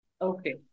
Okay